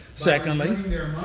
Secondly